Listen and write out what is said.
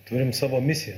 turim savo misiją